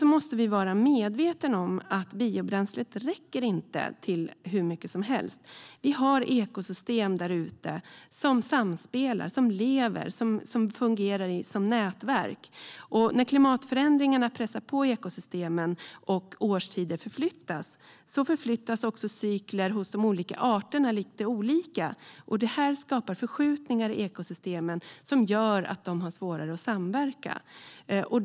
Vi måste också vara medvetna om att biobränslet inte räcker till hur mycket som helst. Vi har ekosystem där ute som samspelar, som lever, som fungerar som nätverk. När klimatförändringar pressar på i ekosystemen och årstider förflyttas, då förflyttas också cyklerna hos olika arter lite olika. Det här skapar förskjutningar i ekosystemen som gör att de har svårare att samverka.